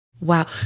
Wow